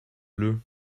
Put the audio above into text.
bleues